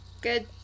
Good